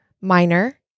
minor